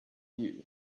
you